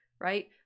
right